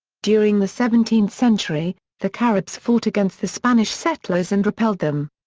during the seventeenth century, the caribs fought against the spanish settlers and repelled them.